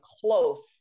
close